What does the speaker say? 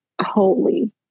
holy